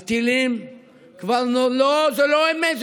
הטילים כבר ------ לא, זו לא אמת.